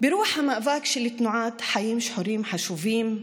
ברוח המאבק של תנועת "חיים שחורים חשובים"